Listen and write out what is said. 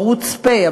ערוץ pay.